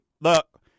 look